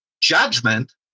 judgment